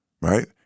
Right